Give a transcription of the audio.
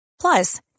Plus